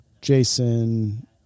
Jason